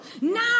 Now